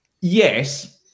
Yes